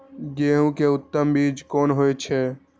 गेंहू के उत्तम बीज कोन होय छे?